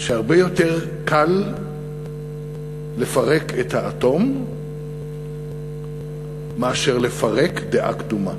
שהרבה יותר קל לפרק את האטום מאשר לפרק דעה קדומה.